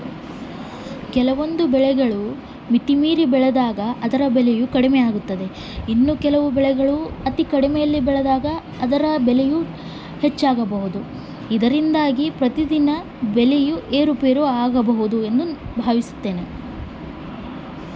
ಬೆಳೆಗಳ ಉತ್ಪನ್ನದ ಬೆಲೆಯು ಪ್ರತಿದಿನ ಏಕೆ ಏರುಪೇರು ಆಗುತ್ತದೆ?